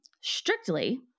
strictly